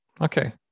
Okay